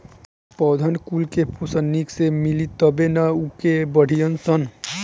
पौधन कुल के पोषन निक से मिली तबे नअ उ के बढ़ीयन सन